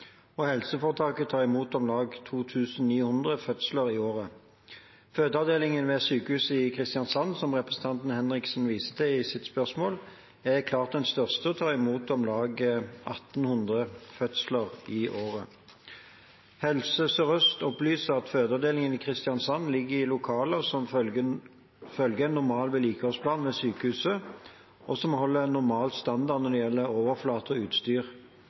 Helseforetaket tar imot om lag 2 900 fødsler i året. Fødeavdelingen ved sykehuset i Kristiansand, som representanten Henriksen viser til i sitt spørsmål, er klart den største og tar imot om lag 1 800 fødsler i året. Helse Sør-Øst opplyser at fødeavdelingen i Kristiansand ligger i lokaler som følger en normal vedlikeholdsplan ved sykehuset, og som holder normal standard når det gjelder overflater og utstyr.